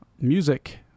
music